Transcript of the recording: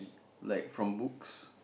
like from books